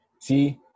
See